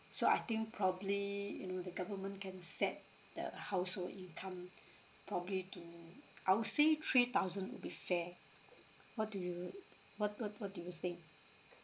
so I think probably you know the government can set the household income probably to I would say three thousand would be fair what do you what what what do you think